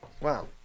Wow